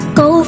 go